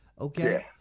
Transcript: Okay